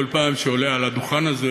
בכל פעם שאני עולה על הדוכן הזה